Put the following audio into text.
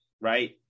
right